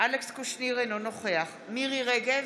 אלכס קושניר, אינו נוכח מירי מרים רגב,